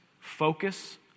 focus